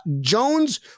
Jones